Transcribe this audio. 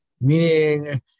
meaning